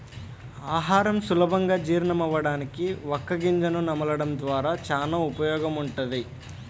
ఆహారం సులభంగా జీర్ణమవ్వడానికి వక్క గింజను నమలడం ద్వారా చానా ఉపయోగముంటది